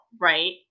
Right